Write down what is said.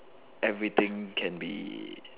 everything can be